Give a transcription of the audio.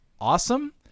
awesome